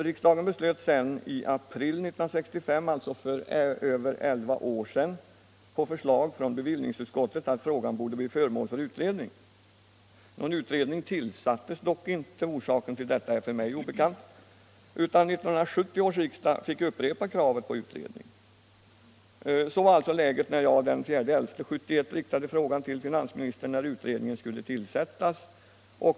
Riksdagen beslöt därefter i april 1965 — alltså för elva år sedan —- på förslag från bevillningsutskottet att frågan skulle bli föremål för utredning. Någon utredning tillsattes dock inte — orsaken till detta är för mig obekant — utan 1970 års riksdag fick upprepa kravet på utredning. Sådant var alltså läget då jag den 4 november 1971 riktade frågan till finansministern, när utredningen skulle tillsättas.